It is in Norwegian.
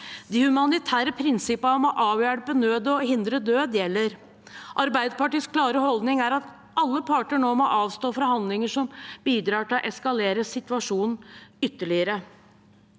De humanitære prinsippene om å avhjelpe nød og hindre død gjelder. Arbeiderpartiets klare holdning er at alle parter nå må avstå fra handlinger som bidrar til å eskalere situasjonen ytterligere.